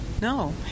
No